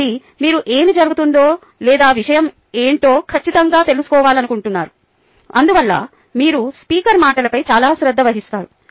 కాబట్టి మీరు ఏమి జరుగుతుందో లేదా విషయం ఏంటో ఖచ్చితంగా తెలుసుకోవాలనుకుంటున్నారు అందువల్ల మీరు స్పీకర్ మాటలపై చాలా శ్రద్ధ వహిస్తారు